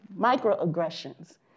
microaggressions